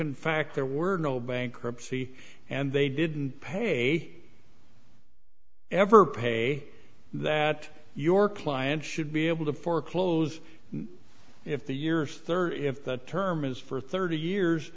in fact there were no bankruptcy and they didn't pay ever pay that your client should be able to foreclose if the years there if that term is for thirty years